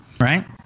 right